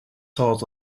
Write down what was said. stars